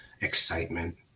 excitement